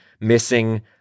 missing